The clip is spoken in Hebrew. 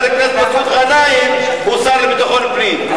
הכנסת מסעוד גנאים הוא השר לביטחון פנים.